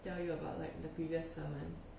tell you about like the previous saman